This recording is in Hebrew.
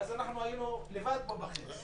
ואז אנחנו היינו לבד פה בחדר.